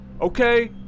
okay